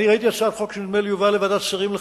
אני ראיתי הצעת חוק שנדמה לי הובאה השבוע לוועדת שרים לחקיקה.